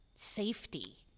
safety